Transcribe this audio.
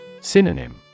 Synonym